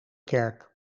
kerk